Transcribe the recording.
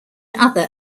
other